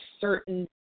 certain